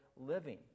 living